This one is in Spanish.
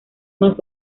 más